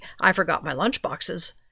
I-forgot-my-lunchboxes